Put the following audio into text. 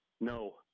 no